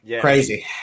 crazy